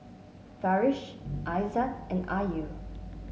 Farish Aizat and Ayu